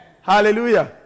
Hallelujah